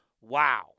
Wow